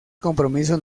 compromiso